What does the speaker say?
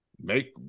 Make